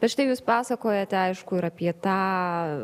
bet štai jūs pasakojate aišku ir apie tą